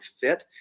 fit